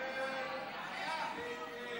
עמר בר-לב, יחיאל חיליק בר, עמיר פרץ,